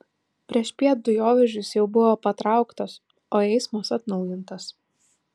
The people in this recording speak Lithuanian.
priešpiet dujovežis jau buvo patrauktas o eismas atnaujintas